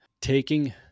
taking